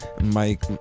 Mike